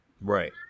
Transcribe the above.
Right